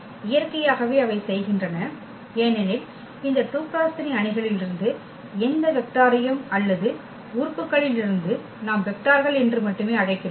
எனவே இயற்கையாகவே அவை செய்கின்றன ஏனெனில் இந்த 2 × 3 அணிகளிலிருந்து எந்த வெக்டாரையும் அல்லது உறுப்புகளில் இருந்து நாம் வெக்டார்கள் என்று மட்டுமே அழைக்கிறோம்